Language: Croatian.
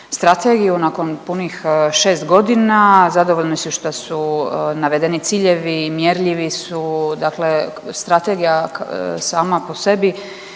strategiju nakon punih šest godina, zadovoljni su i šta su navedeni ciljevi i mjerljivi su dakle, strategija sama po sebi